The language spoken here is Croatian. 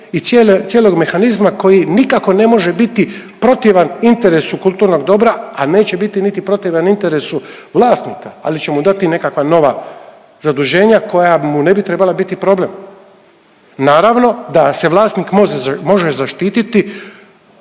i cijelog mehanizma koji nikako ne može biti protivan interesu kulturnog dobra, a neće biti niti protivan interesu vlasnika, ali će mu dati nekakva nova zaduženja koja mu ne bi trebala biti problem. Naravno da se vlasnik može zaštititi